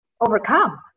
overcome